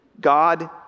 God